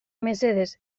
mesedez